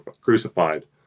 crucified